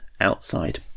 outside